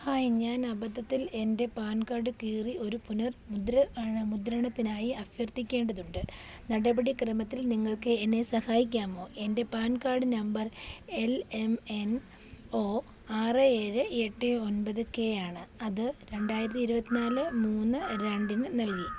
hi ഞാൻ അബദ്ധത്തിൽ എൻ്റെ പാൻ കാർഡ് കീറി ഒരു പുനർമുദ്ര അണ മുദ്രണത്തിനായി അഭ്യര്ഥിക്കേണ്ടതുണ്ട് നടപടിക്രമത്തിൽ നിങ്ങൾക്ക് എന്നെ സഹായിക്കാമോ എൻ്റെ പാൻ കാർഡ് നമ്പർ എൽ എം എൻ ഒ ആറ് ഏഴ് എട്ട് ഒൻപത് കെ ആണ് അത് രണ്ടായിരത്തി ഇരുപത്തിനാല് മൂന്ന് രണ്ടിന് നൽകി